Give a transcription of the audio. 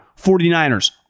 49ers